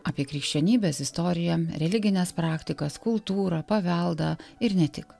apie krikščionybės istoriją religines praktikas kultūrą paveldą ir ne tik